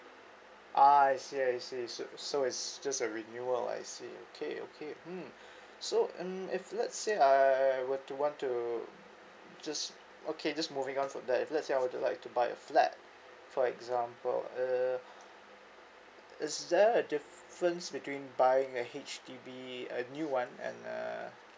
ah I see I see so so is just a renewal I see okay okay mm so um if lets say I were to want to just okay just moving on from that if let's say I would to like to buy a flat for example uh is there a difference between buying a H_D_B and new one and uh